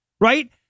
Right